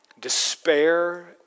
despair